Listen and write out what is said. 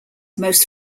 most